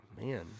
man